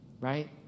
right